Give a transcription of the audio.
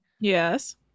Yes